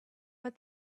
but